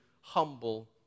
humble